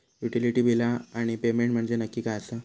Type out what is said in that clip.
Utility बिला आणि payment म्हंजे नक्की काय आसा?